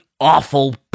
awful